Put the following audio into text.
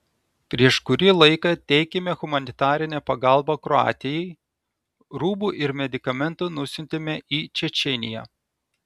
prieš kurį laiką teikėme humanitarinę pagalbą kroatijai rūbų ir medikamentų nusiuntėme į čečėniją